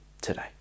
today